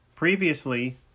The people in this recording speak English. Previously